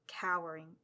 cowering